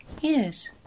yes